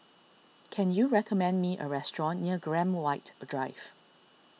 can you recommend me a restaurant near Graham White Drive